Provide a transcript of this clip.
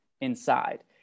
inside